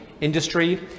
industry